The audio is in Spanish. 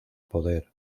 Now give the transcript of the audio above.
poder